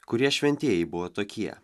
kurie šventieji buvo tokie